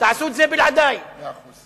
תעשו את זה בלעדי, מאה אחוז.